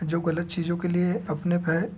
जो गलत चीज़ों के लिए अपने पे